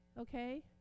Okay